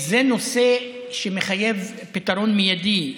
זה נושא שמחייב פתרון מיידי.